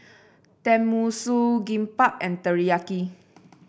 Tenmusu Kimbap and Teriyaki